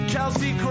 Kelsey